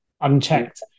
unchecked